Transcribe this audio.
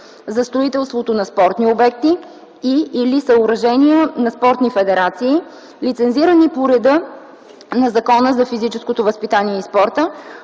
за строителството на спортни обекти и/или съоръжения на спортни федерации, лицензирани по реда на Закона за физическото възпитание и спорта,